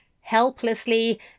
Helplessly